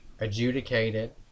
adjudicated